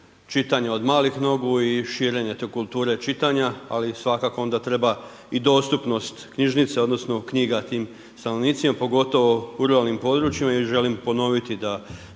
od malih nogu i širenje te kulture čitanja, ali svakako onda treba i dostupnost knjižnica, odnosno, knjiga tim stanovnicima, pogotovo u ruralnim područjima i želim ponoviti da